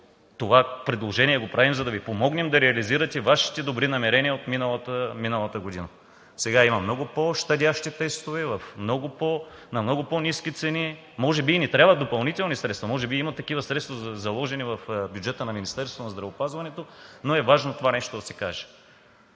Това предложение го правим, за да Ви помогнем да реализирате Вашите добри намерения от миналата година. Сега има много по-щадящи тестове на много по-ниски цени. Може би не трябват допълнителни средства, може би има такива средства, заложени в бюджета на Министерството на здравеопазването, но е важно това нещо да се каже.